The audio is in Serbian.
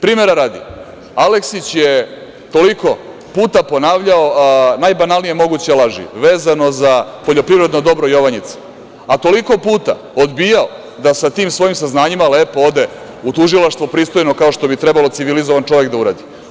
Primera radi, Aleksić je toliko puta ponavljao najbanalnije moguće laži vezano za poljoprivredno dobro „Jovanjica“, a toliko puta odbijao da sa tim svojim saznanjima lepo ode u tužilaštvo, pristojno, kao što bi trebao civilizovan čovek da uradi.